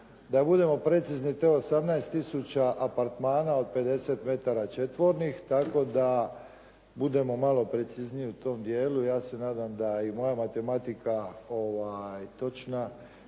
Da budemo precizni te 18 tisuća apartmana od 50 metara četvornih, tako da budemo malo precizniji u tom dijelu. Ja se nadam da i moja matematika točna